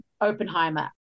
Oppenheimer